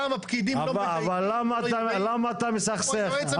למה אתה מסכסך?